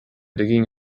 digging